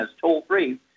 toll-free